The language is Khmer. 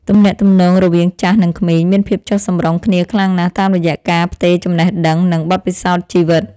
ទំនាក់ទំនងរវាងចាស់និងក្មេងមានភាពចុះសម្រុងគ្នាខ្លាំងណាស់ តាមរយៈការផ្ទេរចំណេះដឹង និងបទពិសោធន៍ជីវិត។